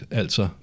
altså